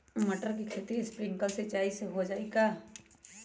मटर के खेती स्प्रिंकलर सिंचाई से हो जाई का?